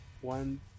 One